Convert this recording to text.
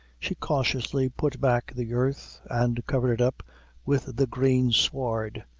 she cautiously put back the earth, and covered it up with the green sward,